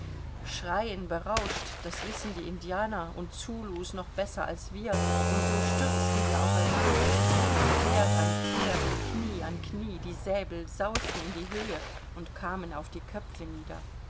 schreien berauscht das wissen die indianer und zulus noch besser als wir und so stürzten wir aufeinander pferd an pferd und knie an knie die säbel sausten in die höhe und kamen auf die köpfe nieder